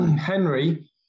Henry